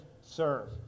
serve